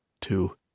Two